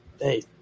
hey